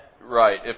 Right